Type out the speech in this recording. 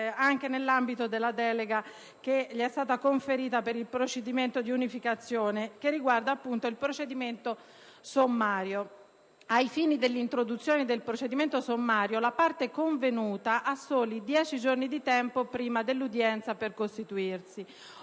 anche nell'ambito della delega che gli è stata conferita per il procedimento di unificazione in relazione proprio al rito sommario. Si legge che ai fini dell'introduzione del procedimento sommario, la parte convenuta ha soli 10 giorni di tempo prima dell'udienza per costituirsi.